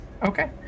okay